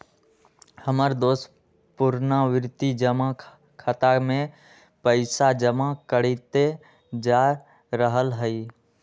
हमर दोस पुरनावृति जमा खता में पइसा जमा करइते जा रहल हइ